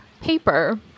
paper